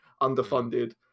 underfunded